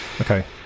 Okay